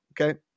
Okay